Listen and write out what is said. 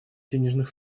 денежных